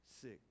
six